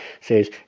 says